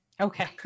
okay